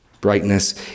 Brightness